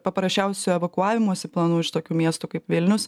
paprasčiausių evakuavimosi planų iš tokių miestų kaip vilnius